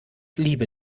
liebe